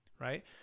right